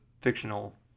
fictional